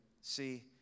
see